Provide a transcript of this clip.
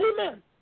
Amen